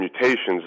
mutations